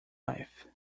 life